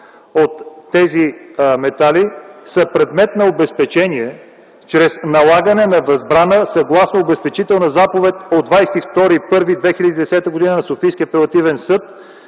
от тези метали са предмет на обезпечение чрез налагане на възбрана съгласно обезпечителна заповед от 22.01.2010 г. на Софийския апелативен съд,